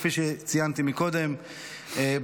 כפי שציינתי קודם,